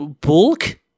Bulk